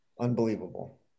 Unbelievable